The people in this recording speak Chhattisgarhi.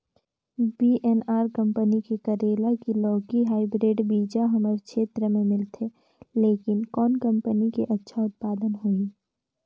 वी.एन.आर कंपनी के करेला की लौकी हाईब्रिड बीजा हमर क्षेत्र मे मिलथे, लेकिन कौन कंपनी के अच्छा उत्पादन होही?